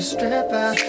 Stripper